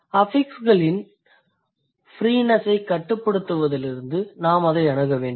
அஃபிக்ஸ்களின் freeness ஐ கட்டுப்படுத்துவதிலிருந்து நாம் அதை அணுக வேண்டும்